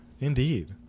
Indeed